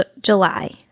July